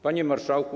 Panie Marszałku!